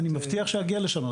אני מבטיח שאגיע לשם,